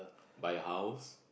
buy a house